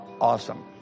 Awesome